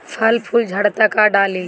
फल फूल झड़ता का डाली?